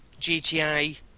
GTA